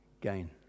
gain